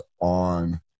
on